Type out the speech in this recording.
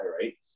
right